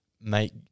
Make